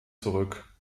zurück